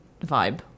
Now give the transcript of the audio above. vibe